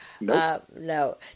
No